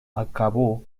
acabó